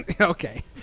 Okay